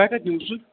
تۄہہِ کَتہِ نیوٗوُ سُہ